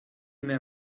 mehr